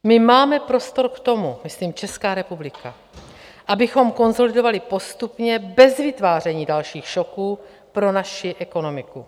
My máme prostor k tomu, myslím Česká republika, abychom konsolidovali postupně bez vytváření dalších šoků pro naši ekonomiku.